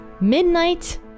midnight